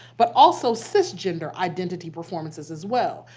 but also cisgender identity performances as well.